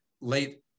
late